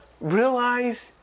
realize